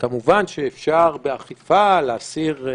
כמובן שאפשר באכיפה להסיר מבנים,